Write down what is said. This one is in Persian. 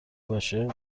باشه